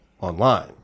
online